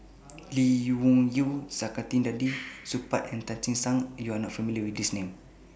Lee Wung Yew Saktiandi Supaat and Tan Che Sang YOU Are not familiar with These Names